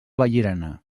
vallirana